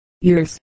Years